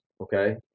okay